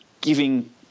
giving